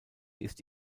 ist